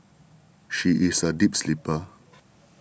she is a deep sleeper